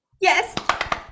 Yes